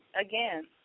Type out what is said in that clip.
again